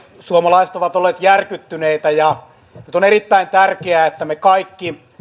suomalaiset ovat olleet järkyttyneitä ja nyt on erittäin tärkeää että me kaikki